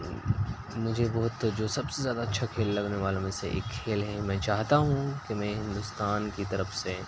مجھے بہت جو سب سے زیادہ اچھا کھیل لگنے والوں میں سے ایک کھیل ہے میں چاہتا ہوں کہ میں ہندوستان کی طرف سے